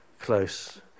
close